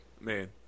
man